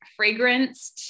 fragranced